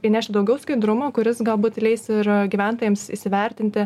įnešti daugiau skaidrumo kuris galbūt leis ir gyventojams įsivertinti